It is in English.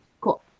Cool